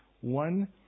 One